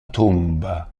tomba